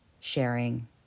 sharing